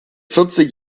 vierzig